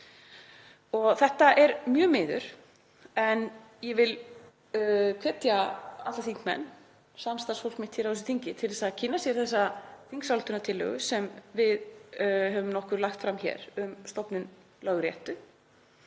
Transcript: Þetta er mjög miður, en ég vil hvetja alla þingmenn, samstarfsfólk mitt á þessu þingi, til þess að kynna sér þessa þingsályktunartillögu sem við höfum nokkur lagt fram hér um stofnun Lögréttu,